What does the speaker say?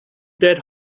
dead